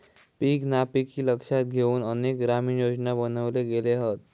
पीक नापिकी लक्षात घेउन अनेक ग्रामीण योजना बनवले गेले हत